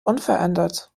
unverändert